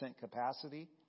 capacity